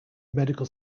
medical